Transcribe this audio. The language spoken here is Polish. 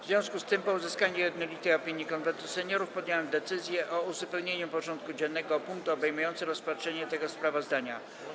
W związku z tym, po uzyskaniu jednolitej opinii Konwentu Seniorów, podjąłem decyzję o uzupełnieniu porządku dziennego o punkt obejmujący rozpatrzenie tego sprawozdania.